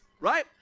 Right